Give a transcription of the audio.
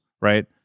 right